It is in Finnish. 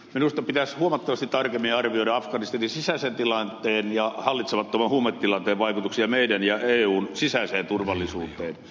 minusta pitäisi huomattavasti tarkemmin arvioida afganistanin sisäisen tilanteen ja hallitsemattoman huumetilanteen vaikutuksia meidän ja eun sisäiseen turvallisuuteen